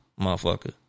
motherfucker